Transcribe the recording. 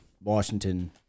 Washington